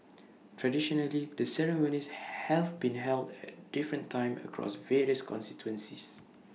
traditionally the ceremonies have been held at different times across various constituencies